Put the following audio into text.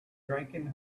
drinking